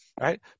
Right